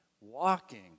Walking